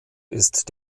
ist